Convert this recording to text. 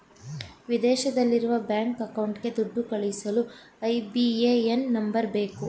ವಿದೇಶದಲ್ಲಿರುವ ಬ್ಯಾಂಕ್ ಅಕೌಂಟ್ಗೆ ದುಡ್ಡು ಕಳಿಸಲು ಐ.ಬಿ.ಎ.ಎನ್ ನಂಬರ್ ಬೇಕು